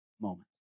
moment